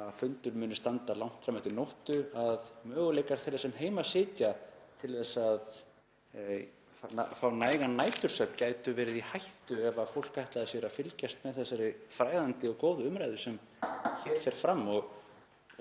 ef fundur mun standa langt fram eftir nóttu, að möguleikar þeirra sem heima sitja til að fá nægan nætursvefn gæti verið í hættu ef fólk ætlaði sér að fylgjast með þessari fræðandi og góðu umræðu sem hér fer fram.